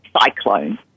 cyclone